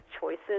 choices